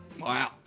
Wow